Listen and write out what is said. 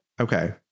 Okay